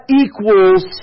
equals